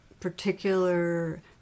Particular